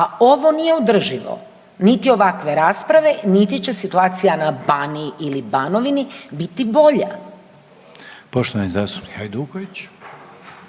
a ovo nije održivo niti ovakve rasprave niti će situacija na Baniji ili Banovini biti bolja. **Reiner, Željko (HDZ)** Poštovani zastupnik Hajduković.